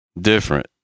different